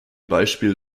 beispiel